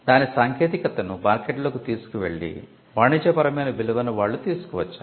దాని సాంకేతికతను మార్కెట్లోకి తీసుకువెల్లి వాణిజ్యపరమైన విలువను వాళ్ళు తీసుకు వచ్చేవారు